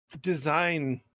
design